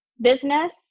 business